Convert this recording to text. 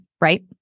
right